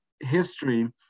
history